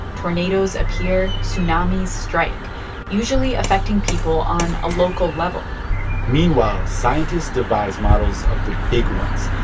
tornadoes appear, tsunamis strike usually affecting people on a local level meanwhile, scientists devise models of the big ones,